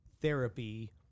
therapy